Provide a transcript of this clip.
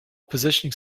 positioning